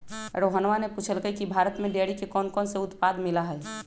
रोहणवा ने पूछल कई की भारत में डेयरी के कौनकौन से उत्पाद मिला हई?